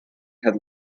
had